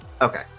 Okay